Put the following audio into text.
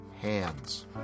hands